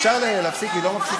אפשר לדבר?